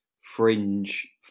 fringe